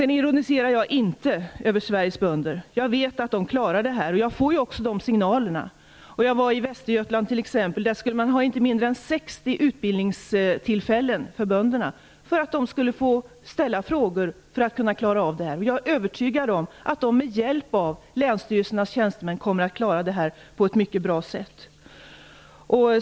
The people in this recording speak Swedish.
Sedan ironiserar jag inte över Sveriges bönder. Jag vet att de klarar detta, vilket jag också får signaler om. Jag var i Västergötland t.ex., där de skulle anordna inte mindre än 60 000 utbildningstillfällen för bönderna för att de skulle få ställa frågor och lära sig att klara av detta. Jag är övertygad om att de med hjälp av länsstyrelsernas tjänstemän kommer att klara detta på ett mycket bra sätt.